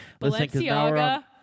Balenciaga